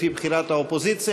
לפי בחירת האופוזיציה,